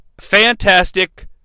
fantastic